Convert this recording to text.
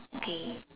okay